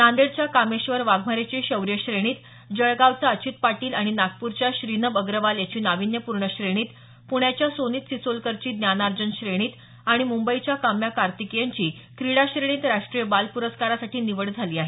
नांदेडच्या कामेश्वर वाघमारेची शौर्य श्रेणीत जळगावचा अचित पाटील आणि नागपूरच्या श्रीनभ अग्रवाल याची नावीन्यपूर्ण श्रेणीत प्ण्याच्या सोनित सिसोलेकरची ज्ञानार्जन श्रेणीत आणि मुंबईच्या काम्या कार्तिकेयनची क्रीडा श्रेणीत राष्ट्रीय बाल प्रस्कारासाठी निवड झाली आहे